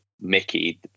mickey